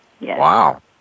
Wow